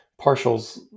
partials